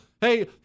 Hey